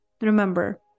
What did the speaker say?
Remember